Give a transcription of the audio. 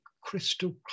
crystal